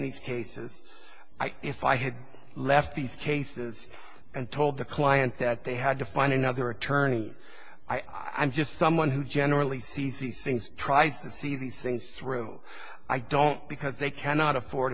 these cases if i had left these cases and told the client that they had to find another attorney i'm just someone who generally c z since tries to see these things through no i don't because they cannot afford